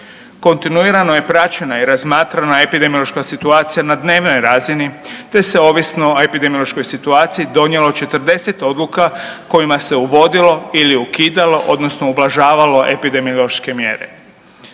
Kontinuirano je praćena i razmatrana epidemiološka situacija na dnevnoj razini te se ovisno o epidemiološkoj situaciji donijelo 40 odluka kojima se uvodilo ili ukidalo, odnosno ublažavalo epidemiološke mjere.